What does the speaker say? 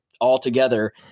altogether